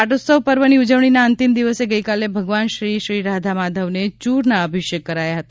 પાટોત્સવ પર્વની ઉજવણીના અંતિમ દિવસે ગઇકાલે ભગવાન શ્રી શ્રી રાધા માધવને ચુરના અભિષેક કરાયા હતા